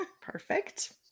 perfect